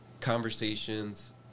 conversations